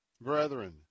Brethren